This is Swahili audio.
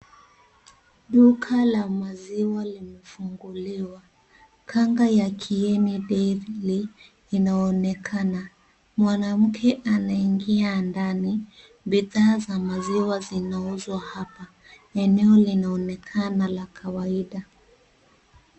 Duka la maziwa limefunguliwa. Kanga ya Kieni Dairy inaonekana. Mwanamke anaingia ndani, bidhaa za maziwa zinauzwa hapa. Eneo linaonekana la kawaida.